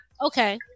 Okay